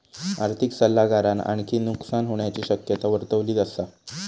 आर्थिक सल्लागारान आणखी नुकसान होण्याची शक्यता वर्तवली असा